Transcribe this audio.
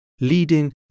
leading